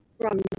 from-